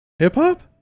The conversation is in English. hip-hop